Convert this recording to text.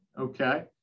Okay